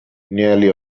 nearly